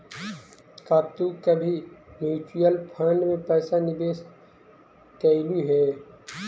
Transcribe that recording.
का तू कभी म्यूचुअल फंड में पैसा निवेश कइलू हे